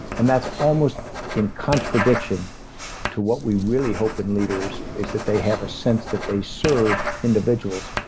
and that's almost in contradiction to what we really hope in leaders is that they have a sense that they serve individuals,